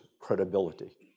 credibility